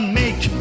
make